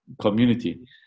Community